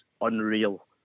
unreal